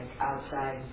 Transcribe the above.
outside